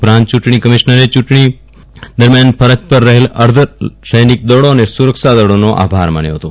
ઉપરાત ચુંટણી કમિશ્નરે ચુંટણી દરમ્યાન ફરજ પર રહેલ અર્ધ સૈનિકદળી અને સુરક્ષાદળીનો આભાર માન્યો હતો